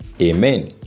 Amen